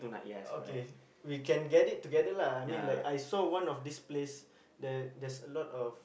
okay we can get it together lah like I mean I saw one of this place there's a lot of